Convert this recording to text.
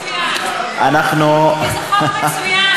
כי זה חוק מצוין.